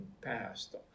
past